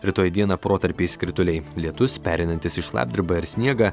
rytoj dieną protarpiais krituliai lietus pereinantis į šlapdribą ir sniegą